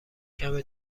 کمه